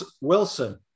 Wilson